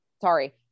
sorry